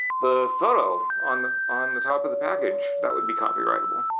the photo on on the top of the package. that would be copyrightable.